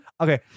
okay